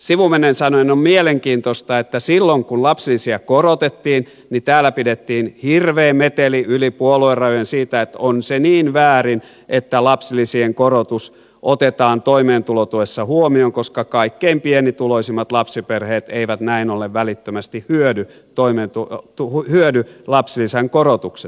sivumennen sanoen on mielenkiintoista että silloin kun lapsilisiä korotettiin täällä pidettiin hirveä meteli yli puoluerajojen siitä että on se niin väärin että lapsilisien korotus otetaan toimeentulotuessa huomioon koska kaikkein pienituloisimmat lapsiperheet eivät näin ollen välittömästi hyödy lapsilisän korotuksesta